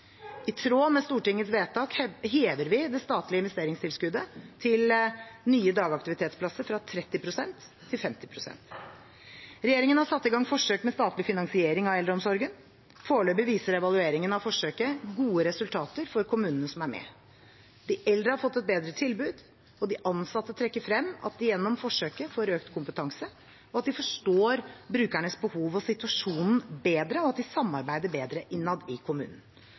I tråd med Stortingets vedtak hever vi det statlige investeringstilskuddet for nye dagaktivitetsplasser fra 30 pst. til 50 pst. Regjeringen har satt i gang forsøk med statlig finansiering av eldreomsorgen. Foreløpig viser evalueringen av forsøket gode resultater for kommunene som er med. De eldre har fått et bedre tilbud, og de ansatte trekker frem at de gjennom forsøket får økt kompetanse, at de forstår brukerens behov og situasjon bedre og at de samarbeider bedre innad i kommunen.